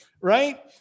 right